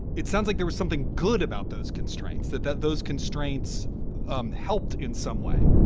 it sounds like there is something good about those constraints that that those constraints um helped in some way